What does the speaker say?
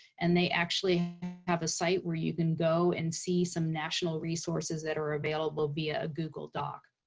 and they actually have a site where you can go and see some national resources that are available via a google doc.